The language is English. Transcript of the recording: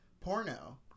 porno